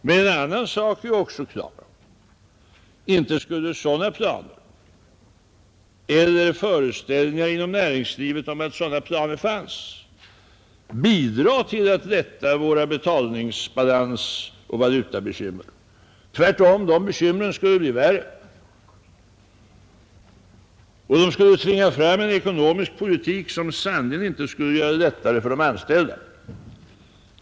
Men en annan sak är också klar, nämligen den att inte skulle sådana planer, eller en föreställning inom näringslivet om att sådana planer fanns, bidra till att lätta våra betalningsbalansoch valutabekymmer. Tvärtom skulle de bekymren bli ännu värre, och de skulle tvinga fram en ekonomisk politik som sannerligen inte skulle göra det lättare för de anställda!